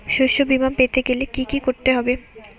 শষ্যবীমা পেতে গেলে কি করতে হবে?